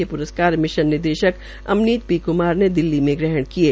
ये प्रस्कार मिशन निदेशक अमनीत पी क्मार ने दिल्ली में ग्रहण किये